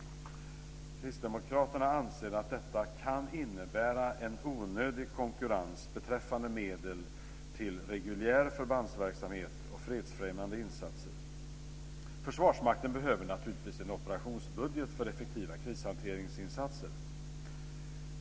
Kristdemokraterna anser att detta kan innebära en onödig konkurrens beträffande medel till reguljär förbandsverksamhet och fredsfrämjande insatser. Försvarsmakten behöver naturligtvis en operationsbudget för effektiva krishanteringsinsatser.